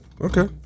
Okay